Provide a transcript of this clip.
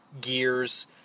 gears